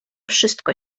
wszystko